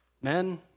men